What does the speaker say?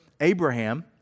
Abraham